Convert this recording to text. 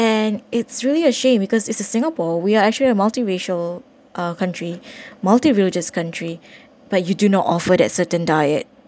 and it's really a shame because it's a singapore we are actually a multiracial uh country multireligious country but you do not offer that certain diet